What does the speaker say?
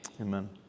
Amen